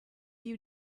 you